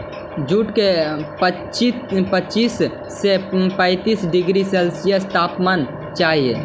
jute के पच्चीस से पैंतीस डिग्री सेल्सियस तापमान चाहहई